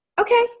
okay